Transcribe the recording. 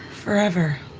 forever.